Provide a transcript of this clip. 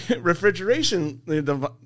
refrigeration